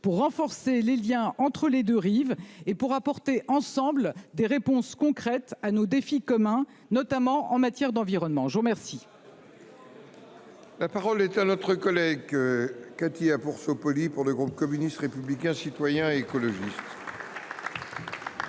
pour renforcer les liens entre les deux rives et pour apporter des réponses concrètes à nos défis communs, notamment en matière d'environnement. La parole est à Mme Cathy Apourceau-Poly, pour le groupe communiste républicain citoyen et écologiste.